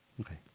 Okay